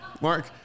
Mark